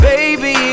Baby